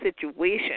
situation